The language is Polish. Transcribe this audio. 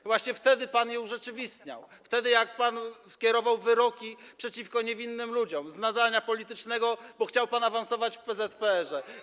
To właśnie wtedy pan je urzeczywistniał, wtedy gdy pan kierował wyroki przeciwko niewinnym ludziom z nadania politycznego, bo chciał pan awansować w PZPR.